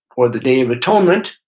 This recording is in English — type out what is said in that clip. or the day of atonement,